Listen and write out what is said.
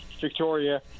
Victoria